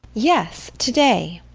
yes, today.